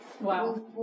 Wow